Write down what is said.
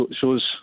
shows